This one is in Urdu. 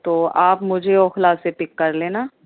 تو آپ مجھے اوکھلا سے پک کر لینا